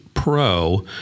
Pro